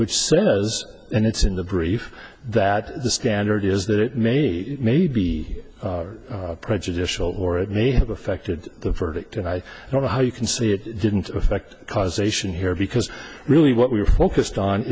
centers and it's in the brief that the standard is that it may may be prejudicial or it may have affected the verdict and i don't know how you can see it didn't affect causation here because really what we're focused on